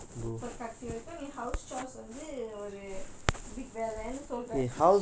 அப்ப:appe house chores வந்து ஒரு:vanthu oru big வேலைன்னு சொல்ற:velainu solra